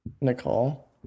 Nicole